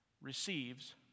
receives